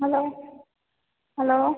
hello hello